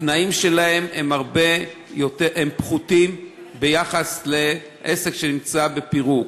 התנאים שלהם פחותים ביחס לאלה שבעסק שנמצא בפירוק.